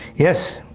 yes,